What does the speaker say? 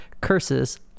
Curses